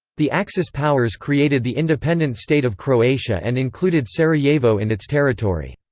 the axis powers created the independent state of croatia and included sarajevo in its territory.